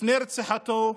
לפני רציחתו,